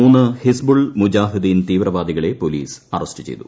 മൂന്ന് ഹിസ്ബുൾ മുജാഹിദ്ദീൻ തീവ്രവാദികളെ police arrest ചെയ്തു